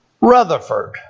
Rutherford